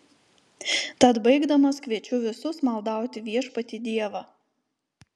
tad baigdamas kviečiu visus maldauti viešpatį dievą